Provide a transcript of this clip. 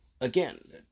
again